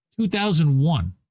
2001